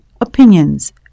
Opinions